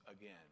again